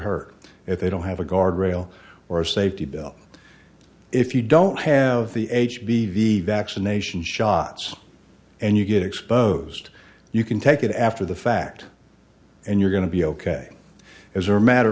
hurt if they don't have a guardrail or a safety belt if you don't have the h p v vaccination shots and you get exposed you can take it after the fact and you're going to be ok as a matter